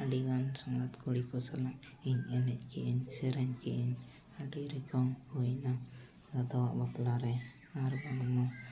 ᱟᱹᱰᱤᱜᱟᱱ ᱥᱟᱸᱜᱟᱛ ᱠᱩᱲᱤ ᱠᱚ ᱥᱟᱞᱟᱜ ᱤᱧ ᱮᱱᱮᱡ ᱠᱮᱫ ᱟᱹᱧ ᱥᱮᱨᱮᱧ ᱠᱮᱫ ᱟᱹᱧ ᱟᱹᱰᱤ ᱨᱚᱠᱚᱢ ᱦᱩᱭᱱᱟ ᱫᱟᱫᱟᱣᱟᱜ ᱵᱟᱯᱞᱟ ᱨᱮ